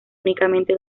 únicamente